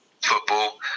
football